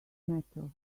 metal